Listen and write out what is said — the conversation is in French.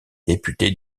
députés